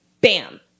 bam